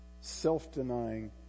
self-denying